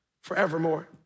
forevermore